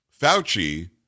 Fauci